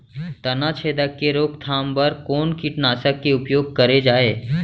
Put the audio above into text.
तनाछेदक के रोकथाम बर कोन कीटनाशक के उपयोग करे जाये?